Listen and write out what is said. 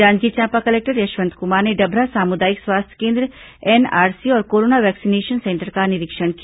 Janjgir Champa collector Yashwant Kumar ने डभरा सामुदायिक स्वास्थ्य केन्द्र एनआरसी और कोरोना वैक्सीनेशन सेंटर का निरीक्षण किया